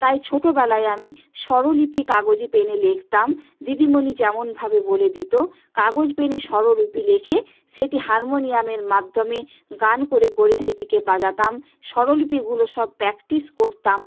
তাই ছোটোবেলায় আমি স্বরলিপি কাগজে পেনে লেখতাম দিদিমণি যেমনভাবে বলে দিতো কাগজ পেনে স্বররূপি লেখে সেটি হারমোনিয়ামের মাধ্যমে গান করে করে সেটিকে বাজাতাম স্বরলিপিগুলো সব প্র্যাকটিস করতাম